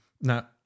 Now